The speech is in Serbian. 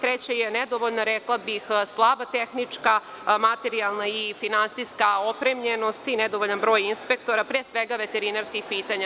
Treće je nedovoljna, rekla bih, slaba tehnička, materijalna i finansijska opremljenost i nedovoljan broj inspektora, pre svega veterinarskih pitanja.